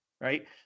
right